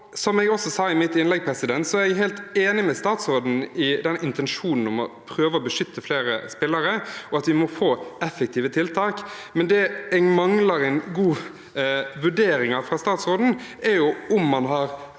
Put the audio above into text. Som jeg også sa i mitt innlegg, er jeg helt enig med statsråden i intensjonen om å prøve å beskytte flere spillere, og at vi må få effektive tiltak. Det jeg likevel mangler fra statsråden, er om man har